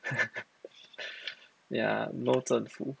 yeah no 政府